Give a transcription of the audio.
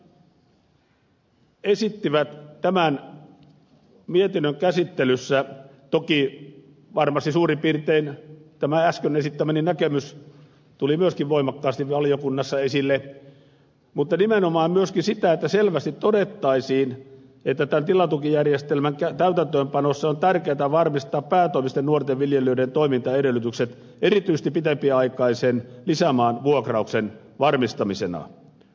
sosialidemokraatit esittivät tämän mietinnön käsittelyssä toki varmasti suurin piirtein tämä äsken esittämäni näkemys tuli myöskin voimakkaasti valiokunnassa esille nimenomaan myöskin sitä että selvästi todettaisiin että tämän tilatukijärjestelmän täytäntöönpanossa on tärkeätä varmistaa päätoimisten nuorten viljelijöiden toimintaedellytykset erityisesti pitempiaikaisen lisämaan vuokrauksen varmistamisella